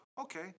okay